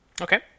Okay